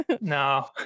no